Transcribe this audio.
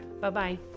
Bye-bye